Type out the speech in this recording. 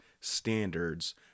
standards